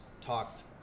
talked